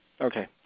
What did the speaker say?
Okay